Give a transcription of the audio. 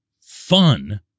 fun